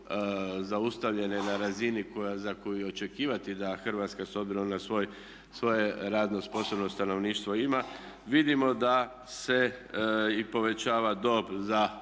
zaustavljene na razini za koju je očekivati da Hrvatska s obzirom na svoje radno sposobno stanovništvo ima vidimo da se i povećava dob za odlazak